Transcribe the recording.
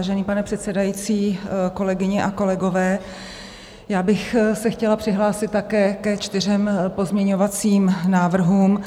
Vážený pane předsedající, kolegyně a kolegové, já bych se chtěla přihlásit také ke čtyřem pozměňovacím návrhům,